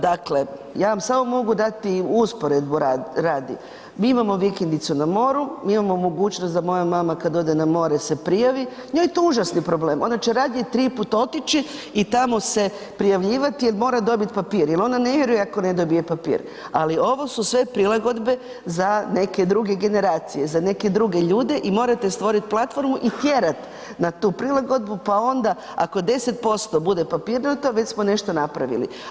Dakle ja vam samo mogu dati usporedbu radi, mi imamo vikendicu na moru, mi imamo mogućnost da moja mama kada ode na more se prijavi, njoj je to užasni problem, ona će radije tri puta otići i tamo se prijavljivati jer mora dobiti papir, jer ona ne vjeruje ako ne dobije papir, ali ovo su sve prilagodbe za neke druge generacije, za neke druge ljude i morate stvoriti platformu i tjerat na tu prilagodbu, pa onda ako 10% bude papirnato već smo nešto napravili.